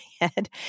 head